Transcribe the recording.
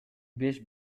беш